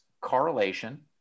correlation